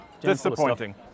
Disappointing